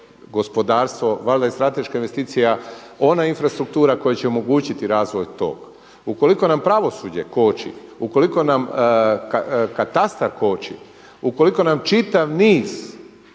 gospodarstvo, valjda je strateška investicija ona infrastruktura koja će omogućiti razvoju tog. Ukoliko nam pravosuđe koči, ukoliko nam katastar koči, ukoliko nam čitav niz